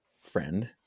friend